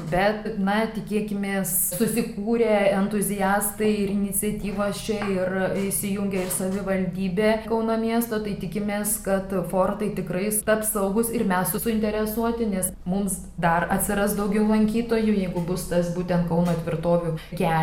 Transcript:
bet na tikėkimės susikūrė entuziastai ir iniciatyvos čia ir įsijungia ir savivaldybė kauno miesto tai tikimės kad fortai tikrai taps saugūs ir mes suinteresuoti nes mums dar atsiras daugiau lankytojų jeigu bus tas būtent kauno tvirtovių kelias